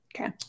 okay